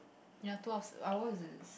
ya two of ours is